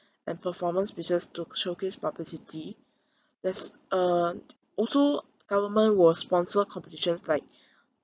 and performance pictures to showcase publicity there's uh also government will sponsor competitions like